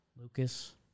Lucas